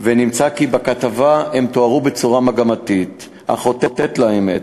ונמצא כי הם תוארו בכתבה בצורה מגמתית החוטאת לאמת.